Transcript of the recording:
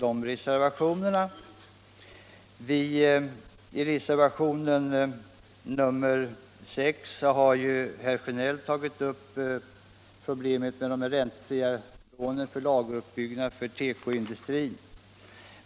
Herr Sjönell har berört reservationen 6, som gäller problemet med de räntefria lånen för lageruppbyggnad inom tekoindustrin.